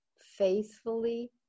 faithfully